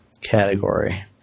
category